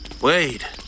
Wade